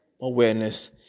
awareness